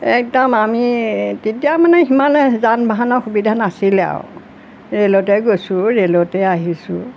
একদম আমি তেতিয়া মানে সিমান যান বাহনৰ সুবিধা নাছিলে আৰু ৰেলতে গৈছোঁ ৰেলতে আহিছোঁ